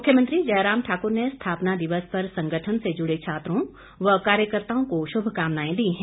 मुख्यमंत्री जयराम ठाकुर ने स्थापना दिवस पर संगठन से जुड़े छात्रों व कार्यकर्ताओं को शुभकामनाएं दी हैं